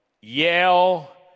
yell